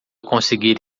conseguir